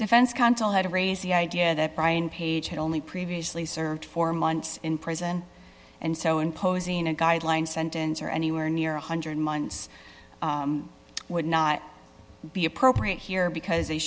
defense counsel had raised the idea that brian page had only previously served four months in prison and so imposing a guideline sentence or anywhere near one hundred months would not be appropriate here because